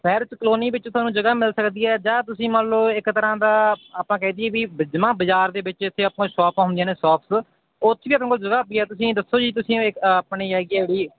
ਸ਼ਹਿਰ 'ਚ ਕਲੋਨੀ ਵਿੱਚ ਤੁਹਾਨੂੰ ਜਗ੍ਹਾ ਮਿਲ ਸਕਦੀ ਹੈ ਜਾਂ ਤੁਸੀਂ ਮੰਨ ਲਓ ਇੱਕ ਤਰ੍ਹਾਂ ਦਾ ਆਪਾਂ ਕਹਿ ਦਈਏ ਵੀ ਜਮ੍ਹਾਂ ਬਾਜ਼ਾਰ ਦੇ ਵਿੱਚ ਜਿੱਥੇ ਆਪਾਂ ਸ਼ੋਪ ਹੁੰਦੀਆਂ ਨੇ ਸੋਪਸ ਉਹ 'ਚ ਵੀ ਆਪਣੇ ਕੋਲ ਜਗ੍ਹਾ ਪਈ ਹੈ ਤੁਸੀਂ ਦੱਸੋ ਜੀ ਤੁਸੀਂ ਆਪਣੀ ਹੈਗੀ ਹੈ ਜਿਹੜੀ